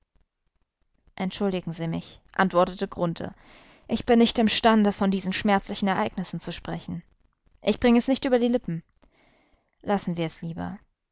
entschuldigen sie mich antwortete grunthe ich bin nicht imstande von diesen schmerzlichen ereignissen zu sprechen ich bringe es nicht über die lippen lassen wir es lieber